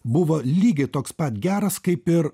buvo lygiai toks pat geras kaip ir